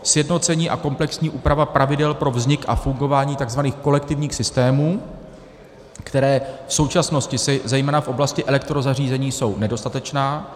Sjednocení a komplexní úprava pravidel pro vznik a fungování takzvaných kolektivních systémů, které v současnosti zejména v oblasti elektrozařízení jsou nedostatečné´.